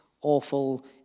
awful